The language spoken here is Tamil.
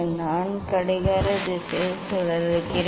நான் கடிகார திசையில் சுழல்கிறேன்